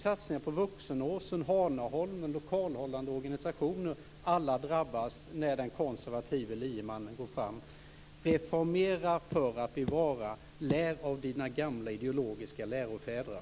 Satsningar på t.ex. lokalhållande organisationer drabbas när den konservative liemannen går fram. Reformera för att bevara. Lär av era gamla ideologiska lärofäder.